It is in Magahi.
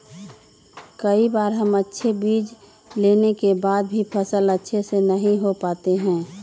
कई बार हम अच्छे बीज लेने के बाद भी फसल अच्छे से नहीं हो पाते हैं?